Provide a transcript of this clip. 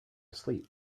asleep